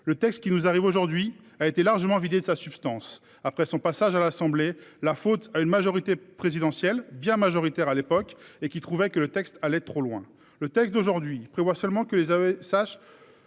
le texte qui nous arrive aujourd'hui a été largement vidée de sa substance. Après son passage à l'Assemblée. La faute à une majorité présidentielle bien majoritaire à l'époque et qui trouvait que le texte allait trop loin. Le texte d'aujourd'hui prévoit seulement que les avait sache.